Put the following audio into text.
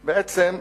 בעצם,